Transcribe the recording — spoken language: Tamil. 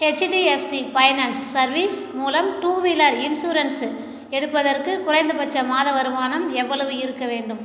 ஹெச்டிஎஃப்சி ஃபைனான்ஸ் சர்வீஸ் மூலம் டூ வீலர் இன்ஷுரன்ஸு எடுப்பதற்கு குறைந்தபட்ச மாத வருமானம் எவ்வளவு இருக்க வேண்டும்